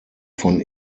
von